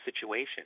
situation